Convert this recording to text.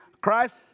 Christ